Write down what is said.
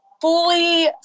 fully